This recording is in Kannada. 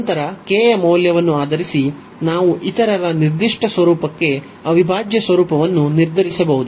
ನಂತರ k ಯ ಮೌಲ್ಯವನ್ನು ಆಧರಿಸಿ ನಾವು ಇತರರ ನಿರ್ದಿಷ್ಟ ಸ್ವರೂಪಕ್ಕೆ ಅವಿಭಾಜ್ಯ ಸ್ವರೂಪವನ್ನು ನಿರ್ಧರಿಸಬಹುದು